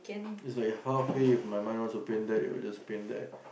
is like half way if my mind wants to paint that it will just paint that